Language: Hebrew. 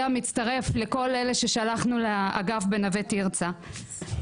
מצטרף לכל אלה ששלחנו לאגף בנווה תרצה.